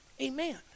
Amen